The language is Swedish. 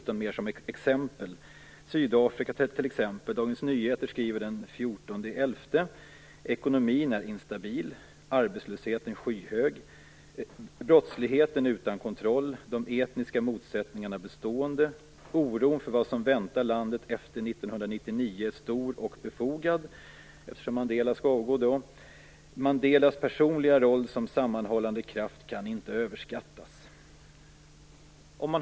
Om t.ex. Sydafrika skriver Dagens Nyheter den 14 november: "Ekonomin är instabil, arbetslösheten skyhög, brottsligheten utom kontroll, de etniska motsättningarna bestående. - Oron för vad som väntar efter 1999 är stor och befogad." Mandela skall nämligen avgå 1999. "Mandelas personliga roll som sammanhållande kraft kan inte överskattas."